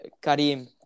Karim